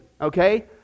Okay